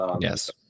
Yes